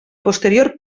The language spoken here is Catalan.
posterior